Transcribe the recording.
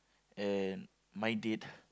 and my date